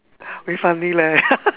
very funny leh